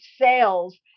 sales